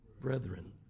brethren